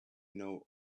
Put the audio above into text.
know